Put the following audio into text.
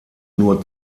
nur